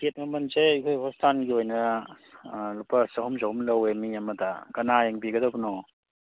ticket ꯃꯃꯟꯁꯦ ꯑꯩꯈꯣꯏ ꯍꯣꯁꯄꯤꯇꯥꯜꯒꯤ ꯑꯣꯏꯅ ꯂꯨꯄꯥ ꯆꯍꯨꯝ ꯆꯍꯨꯝ ꯂꯧꯋꯦ ꯃꯤ ꯑꯃꯗ ꯀꯅꯥ ꯌꯦꯡꯕꯤꯒꯗꯕꯅꯣ